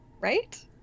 Right